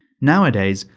nowadays,